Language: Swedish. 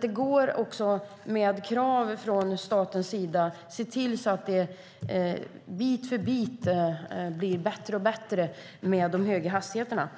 Det går också att med krav från statens sida se till så att det bit för bit blir bättre med de höga hastigheterna.